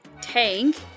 tank